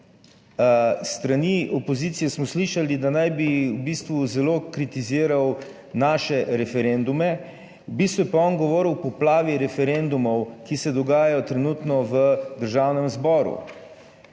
S strani opozicije smo slišali, da naj bi v bistvu zelo kritiziral naše referendume, v bistvu je pa on govoril o poplavi referendumov, ki se dogajajo trenutno v Državnem zboru,